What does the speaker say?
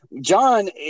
john